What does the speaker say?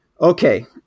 Okay